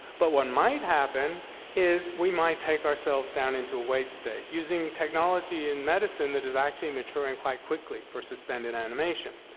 but what might happen is we might take ourselves down into a wait state using technology in medicine that is actually maturing quite quickly for suspended animation,